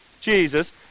Jesus